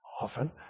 often